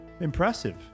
impressive